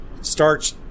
starch